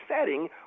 setting